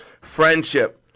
Friendship